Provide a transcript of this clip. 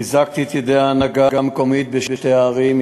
חיזקתי את ידי ההנהגה המקומית בשתי הערים,